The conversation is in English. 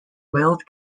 weld